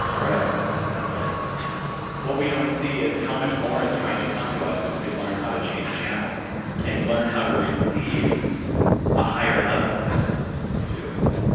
but what we don't see is how much more is trying to come to us if we'd learn how to change channels and learn how to receive a higher level of it beautiful